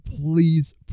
please